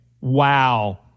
Wow